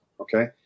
Okay